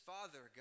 Father